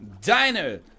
Diner